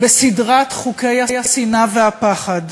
בסדרת חוקי השנאה והפחד.